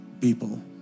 people